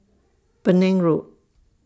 Penang Road